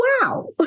Wow